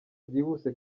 byihuse